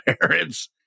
parents